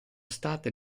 state